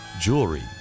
jewelry